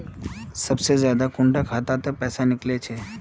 सबसे ज्यादा कुंडा खाता त पैसा निकले छे?